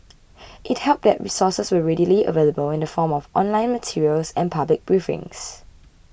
it helped that resources were readily available in the form of online materials and public briefings